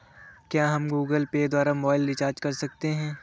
क्या हम Google Pay द्वारा मोबाइल रिचार्ज कर सकते हैं?